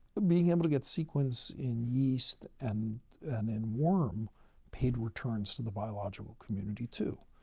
being able to get sequence in yeast and and in worm paid returns to the biological community, too.